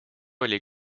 oli